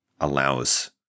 allows